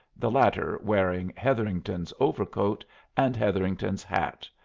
the latter wearing hetherington's overcoat and hetherington's hat,